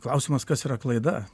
klausimas kas yra klaida